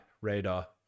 radar